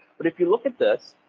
but if you look at this,